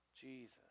Jesus